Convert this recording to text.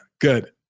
good